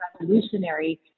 revolutionary